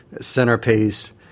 centerpiece